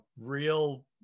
real